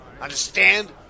Understand